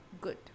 good